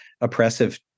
oppressive